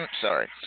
sorry